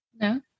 No